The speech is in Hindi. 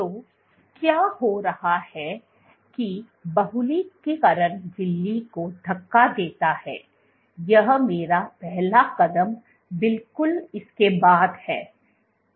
तो क्या हो रहा है कि बहुलकीकरण झिल्ली को धक्का देता है यह मेरा पहला कदम बिल्कुल इस के बाद है